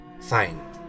Fine